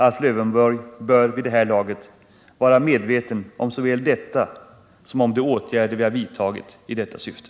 Alf Lövenborg bör vid det här laget vara medveten såväl om detta som om de åtgärder vi har vidtagit i detta syfte.